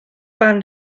barn